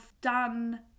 done